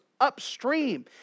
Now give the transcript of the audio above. upstream